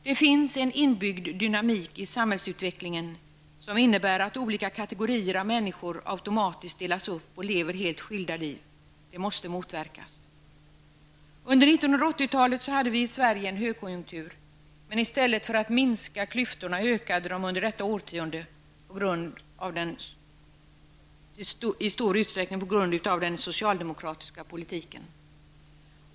Det finns en inbyggd dynamik i samhällsutvecklingen, som innebär att olika kategorier av människor automatiskt delas upp och lever helt skilda liv. Det måste motverkas. Under 80-talet hade vi i Sverige en högkonjunktur, men i stället för att klyftorna minskade ökade de under detta årtionde i stor utsträckning på grund av den socialdemokratiska politiken.